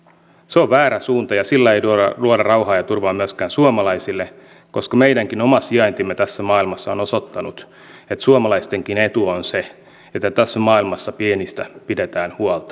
se on väärä suunta ja sillä ei luoda rauhaa ja turvaa myöskään suomalaisille koska meidänkin oma sijaintimme tässä maailmassa on osoittanut että suomalaistenkin etu on se että tässä maailmassa pienistä pidetään huolta